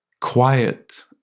quiet